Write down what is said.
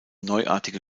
neuartige